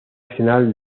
nacional